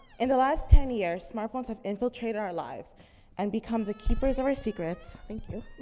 in the last ten years, smartphones have infiltrated our lives and become the keeper of our secrets thank you